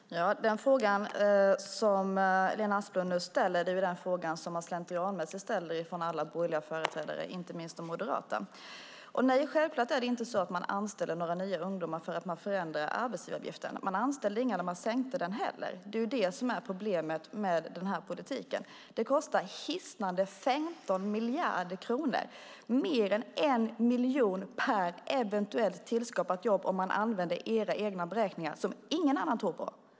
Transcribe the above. Herr talman! Den fråga Lena Asplund nu ställer är den fråga alla borgerliga företrädare slentrianmässigt ställer, inte minst de moderata. Nej, självklart är det inte så att man anställer några nya ungdomar för att vi förändrar arbetsgivaravgiften. Man anställde inga när vi sänkte den heller. Det är det som är problemet med den här politiken. Det kostar hisnande 5 miljarder kronor, mer än 1 miljon per eventuellt tillskapat jobb, om vi använder era egna beräkningar - som ingen annan tror på.